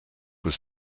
was